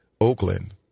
Oakland